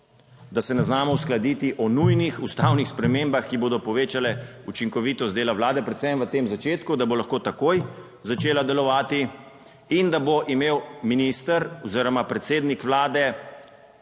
da se ne znamo uskladiti o nujnih ustavnih spremembah, ki bodo povečale učinkovitost dela vlade, predvsem v tem začetku, da bo lahko takoj začela delovati in da bo imel minister oziroma predsednik vlade